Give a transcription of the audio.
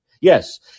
yes